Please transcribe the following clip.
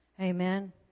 Amen